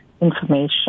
information